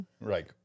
right